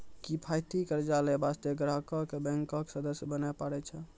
किफायती कर्जा लै बास्ते ग्राहको क बैंक के सदस्य बने परै छै